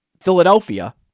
Philadelphia